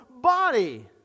body